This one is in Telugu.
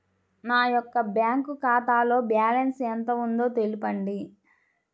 నా యొక్క బ్యాంక్ ఖాతాలో బ్యాలెన్స్ ఎంత ఉందో తెలపండి?